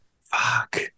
fuck